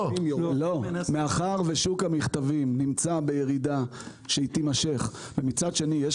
מאחר ושוק המכתבים נמצא בירידה שתימשך ומצד שני יש